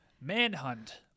manhunt